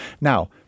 Now